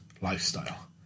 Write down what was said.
lifestyle